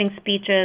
speeches